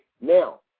Now